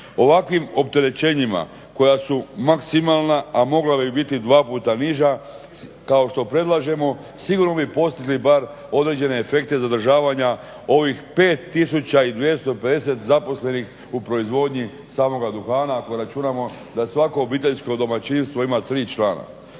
Ovakvim opterećenjima koja su maksimalna, a mogla bi biti dva puta niža kao što predlažemo sigurno bi postigli bar određene efekte zadržavanja ovih 5250 zaposlenih u proizvodnji samoga duhana ako računamo da svako obiteljsko domaćinstvo ima tri člana.